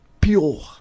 pure